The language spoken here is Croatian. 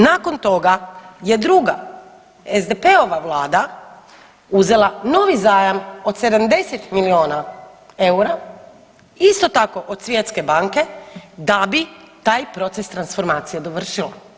Nakon toga je druga SDP-ova vlada uzela novi zajam od 70 milijuna eura isto tako od Svjetske banke da bi taj proces transformacije dovršila.